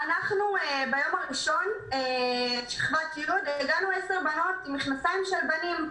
ביום הראשון בשכבת י' הגענו 10 בנות עם מכנסיים של בנים.